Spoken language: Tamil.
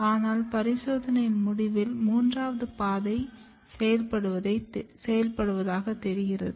ஆனால் பரிசோதனையின் முடிவில் மூன்றாவது பாதை செயல்படுவதாகத் தெரிகிறது